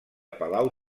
palau